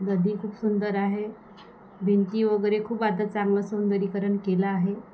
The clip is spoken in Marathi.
नदी खूप सुंदर आहे भिंती वगैरे खूप आता चांगलं सौंदर्यीकरण केलं आहे